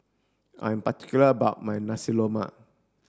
I'm particular about my Nasi Lemak